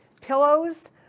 pillows